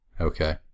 okay